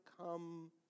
Come